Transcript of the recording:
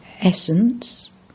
Essence